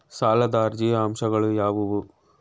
ಸಾಲದ ಅರ್ಜಿಯ ಅಂಶಗಳು ಯಾವುವು?